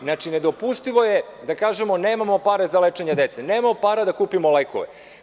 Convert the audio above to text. Znači, nedopustivo je da kažemo da nemamo pare za lečenje dece, nemamo pare da kupimo lekove.